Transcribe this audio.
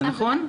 זה נכון?